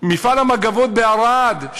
מפעל המגבות בערד,